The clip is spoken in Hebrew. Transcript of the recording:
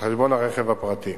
על חשבון הרכב הפרטי.